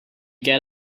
get